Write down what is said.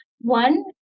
one